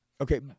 Okay